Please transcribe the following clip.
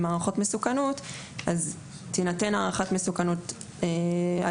עם הערכות מסוכנות תינתן לבית המשפט הערכת מסוכנות על